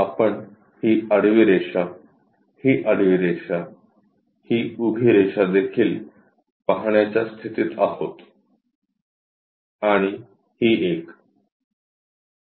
आपण ही आडवी रेषा ही आडवी रेषा ही उभी रेषा देखील पाहण्याच्या स्थितीत आहोत आणि ही एक